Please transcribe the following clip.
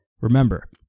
Remember